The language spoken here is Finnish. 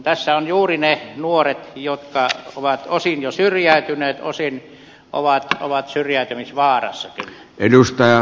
tässä ovat juuri ne nuoret jotka ovat osin jo syrjäytyneet osin ovat syrjäytymisvaarassakin